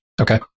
Okay